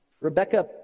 Rebecca